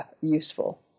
useful